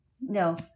No